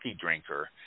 drinker